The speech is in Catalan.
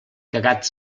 cagat